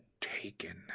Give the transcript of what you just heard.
taken